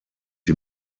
die